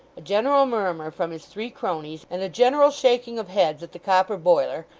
a general murmur from his three cronies, and a general shaking of heads at the copper boiler,